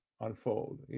unfold